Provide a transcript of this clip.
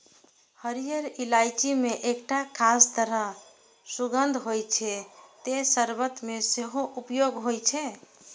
हरियर इलायची मे एकटा खास तरह सुगंध होइ छै, तें शर्बत मे सेहो उपयोग होइ छै